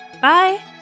Bye